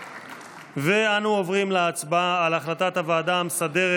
אנחנו עוברים להצבעה על החלטת הוועדה המסדרת